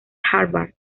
harvard